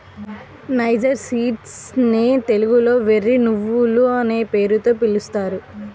niger seeds నే తెలుగులో వెర్రి నువ్వులనే పేరుతో పిలుస్తారు